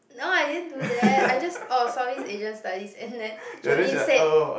no I didn't do that I just oh South East Asia studies and then Jolene said